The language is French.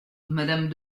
madame